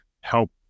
help